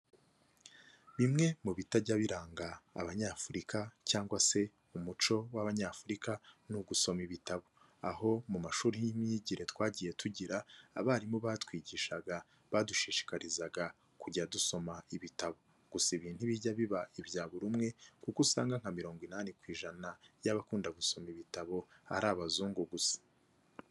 Bimwe mu bitajya biranga abanyafurika cyangwa se umuco w'abanyafurika ni ugusoma ibitabo, aho mu mashuri y'imyigire twagiye tugira, abarimu batwigishaga badushishikarizaga kujya dusoma ibitabo gusa ibi ntibijya biba ibya buri umwe kuko usanga nka mirongo inani ku ijana y'abakunda gusoma ibitabo ari abazungu gusa.